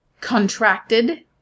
Contracted